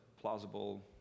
plausible